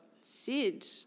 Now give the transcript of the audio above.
Sid